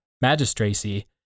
magistracy